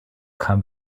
kam